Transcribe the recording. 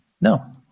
No